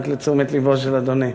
רק לתשומת לבו של אדוני.